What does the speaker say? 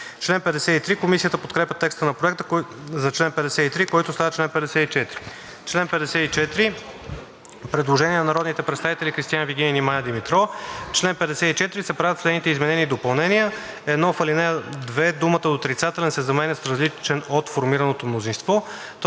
чл. 53. Комисията подкрепя текста на Проекта за чл. 53, който става чл. 54. По чл. 54 има предложение на народните представители Кристиан Вигенин и Мая Димитрова: „В чл. 54 се правят следните изменения и допълнения: 1. В ал. 2 думата „отрицателен“ се заменя с „различен от формираното мнозинство“.